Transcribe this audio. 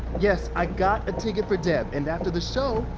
yes. i got a ticket for deb and after the show,